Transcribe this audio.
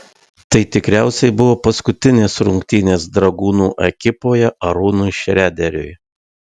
tai tikriausiai buvo paskutinės rungtynės dragūno ekipoje arūnui šrederiui